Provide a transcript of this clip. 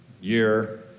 year